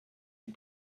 und